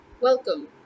Welcome